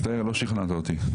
מצטער, לא שכנעת אותי.